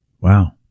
Wow